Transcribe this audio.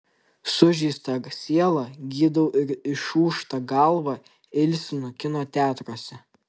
sužeistą sielą gydau ir išūžtą galvą ilsinu kino teatruose